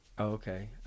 Okay